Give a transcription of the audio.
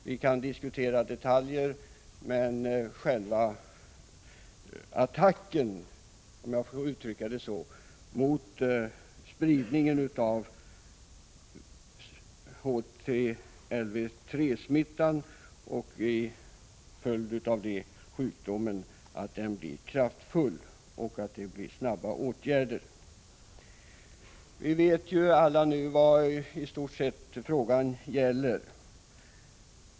Vi kan diskutera detaljer, men det är viktigt att själva attacken — om jag får uttrycka det så — mot spridningen av HTLV-III-virus och som en följd därav av sjukdomen aids blir kraftfull och att det blir snabba åtgärder. Alla vet vi ju i stort sett vad frågan gäller.